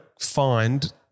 find